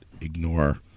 ignore